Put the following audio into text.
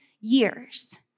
years